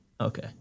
Okay